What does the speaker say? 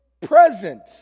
present